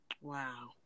wow